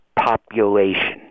population